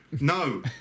no